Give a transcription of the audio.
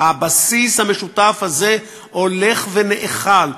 הבסיס המשותף הזה הולך ונאכל,